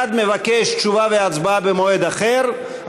אחד מבקש תשובה והצבעה במועד אחר,